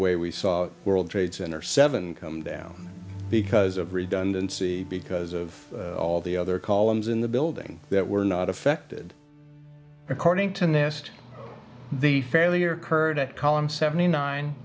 way we saw world trade center seven come down because of redundancy because of all the other columns in the building that were not affected according to nest the failure occurred at column seventy nine